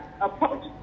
approach